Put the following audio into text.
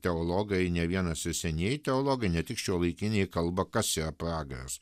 teologai ne vienas ir senieji teologai ne tik šiuolaikinė kalba kas yra pragaras